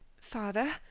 Father